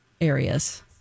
areas